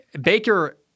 Baker